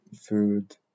food